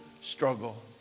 struggle